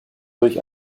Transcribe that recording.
durch